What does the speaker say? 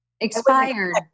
expired